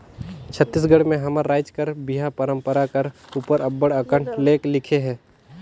छत्तीसगढ़ी में हमर राएज कर बिहा परंपरा कर उपर अब्बड़ अकन लेख लिखे हे